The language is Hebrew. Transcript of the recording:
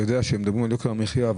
כשמדברים על יוקר המחיה,